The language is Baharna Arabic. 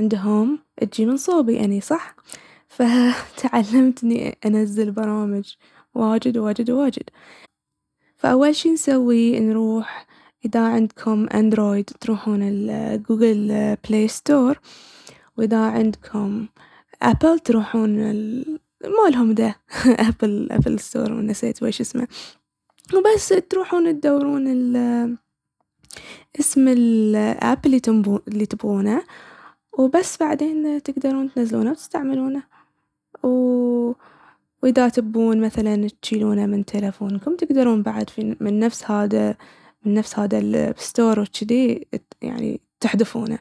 عندهم تجي من صوبي أني، صح؟ ف تعلمت إني انزل برامج واجد واجد واجد. فأول شي نسويه نروح.. اذا عندكم أندرويد تروحون جوجل بلي ستور واذا عندكم أبل تروحون مالهم ده أبل ستور نسيت ويش اسمه. وبس، تروحون تدورون ال- اسم الآب اللي تمبو- اللي تبغونه وبس بعدين تقدرون تنزلونه وتستعملونه. واذا تبون مثلاً تشيلونه من تيلفونكم تقدرون بعد من نفس هدا الستور وچدي.. يعني تحذفونه.